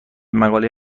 مقاله